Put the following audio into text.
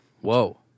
Whoa